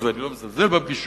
פגישות, ואני לא מזלזל בפגישות,